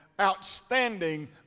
outstanding